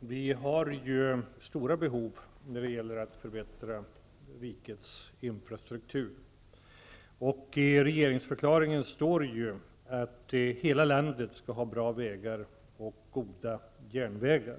Det finns stora behov när det gäller att förbättra rikets infrastruktur. I regeringsförklaringen står det ju att hela landet skall ha bra vägar och goda järnvägar.